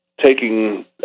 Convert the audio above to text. taking